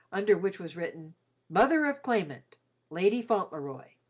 under which was written mother of claimant lady fauntleroy.